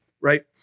right